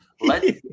Let